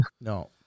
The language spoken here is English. No